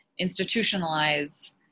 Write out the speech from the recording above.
institutionalize